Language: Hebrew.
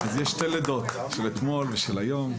אז יש שתי לידות, של אתמול ושל היום.